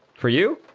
for you